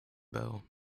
bell